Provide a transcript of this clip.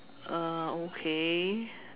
uh okay